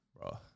Bro